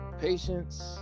patience